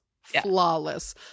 flawless